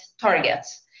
targets